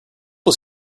was